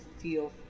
feel